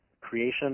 creation